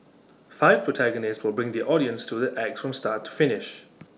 five protagonists will bring the audience through the acts from start to finish